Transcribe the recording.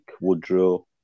Woodrow